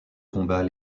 combat